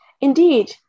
Indeed